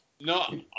No